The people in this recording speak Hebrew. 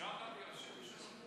אפשר לשאול שאלה